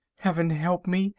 heaven help me!